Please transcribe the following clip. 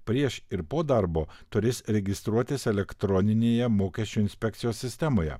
prieš ir po darbo turės registruotis elektroninėje mokesčių inspekcijos sistemoje